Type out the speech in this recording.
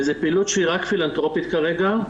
זו פעילות שהיא רק פילנתרופית כרגע,